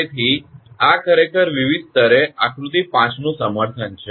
તેથી આ ખરેખર વિવિધ સ્તરે આકૃતિ 5 નું સમર્થન છે